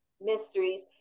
Mysteries